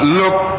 look